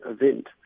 event